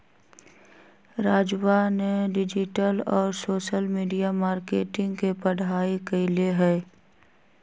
राजवा ने डिजिटल और सोशल मीडिया मार्केटिंग के पढ़ाई कईले है